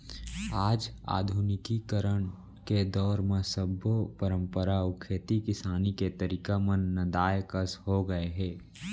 आज आधुनिकीकरन के दौर म सब्बो परंपरा अउ खेती किसानी के तरीका मन नंदाए कस हो गए हे